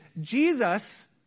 jesus